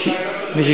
אתה הקמת את הנציבות?